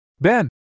Ben